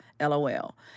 LOL